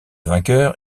vainqueur